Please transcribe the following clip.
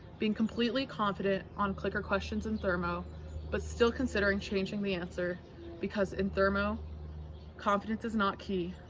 being completely confident on clicker questions in thermo but still considering changing the answer because in thermo confidence is not key,